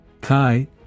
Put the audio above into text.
Kai